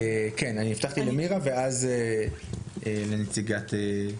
מירה סלומון, בבקשה.